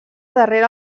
darrere